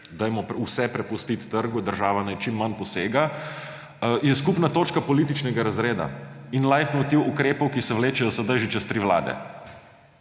dajmo vse prepustiti trgu, država naj čim manj posega, je skupna točka političnega razreda in leitmotiv ukrepov, ki se vlečejo sedaj že čez tri vlade.